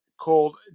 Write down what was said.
called